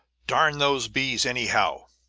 darn those bees, anyhow!